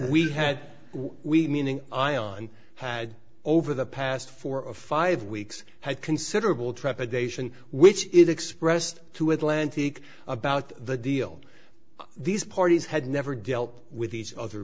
we had we meaning i on had over the past four or five weeks had considerable trepidation which is expressed to atlantic about the deal these parties had never dealt with each other